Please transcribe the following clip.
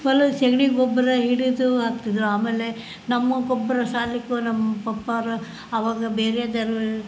ಹೊಲದ ಸಗ್ಣಿ ಗೊಬ್ಬರ ಹಿಡಿದು ಹಾಕ್ತಿದ್ರು ಆಮೇಲೆ ನಮ್ಮ ಗೊಬ್ಬರ ಸಾಲಿಗು ನಮ್ಮ ಪಪ್ಪಾವ್ರು ಆವಾಗ ಬೇರೇದರ